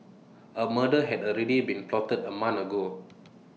A murder had already been plotted A month ago